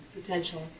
potential